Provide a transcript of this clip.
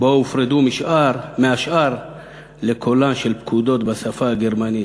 שבה הופרדו מהשאר לקולן של פקודות בשפה הגרמנית.